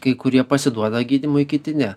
kai kurie pasiduoda gydymui kiti ne